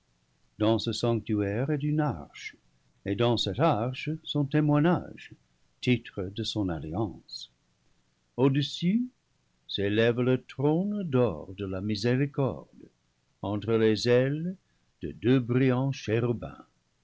dans ce sanctuaire est une arche et dans cette arche son témoignage titres de son alliance au-dessus s'élève le trône d'or de la miséricorde entre les ailes de deux brillants